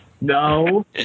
No